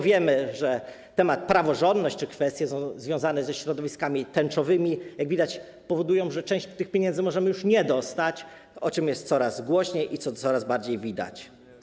Wiemy, że temat praworządności czy kwestie związane ze środowiskami tęczowymi powodują, że części tych pieniędzy możemy już nie dostać, o czym jest coraz głośniej i co coraz bardziej widać.